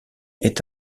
est